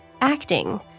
acting